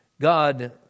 God